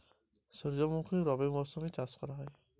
সুর্যমুখী কি রবি মরশুমে চাষ করা যায়?